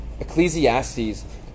Ecclesiastes